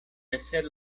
hacer